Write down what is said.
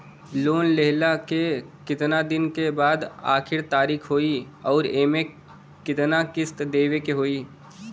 Loan लेहला के कितना दिन के बाद आखिर तारीख होई अउर एमे कितना किस्त देवे के होई?